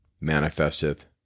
manifesteth